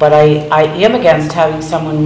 but i am again telling someone